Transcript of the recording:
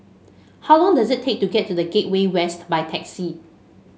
how long does it take to get to The Gateway West by taxi